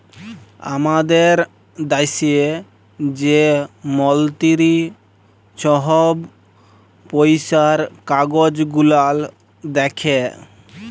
আমাদের দ্যাশে যে মলতিরি ছহব পইসার কাজ গুলাল দ্যাখে